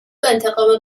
انتقام